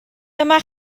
dyma